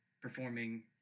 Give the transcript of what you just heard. performing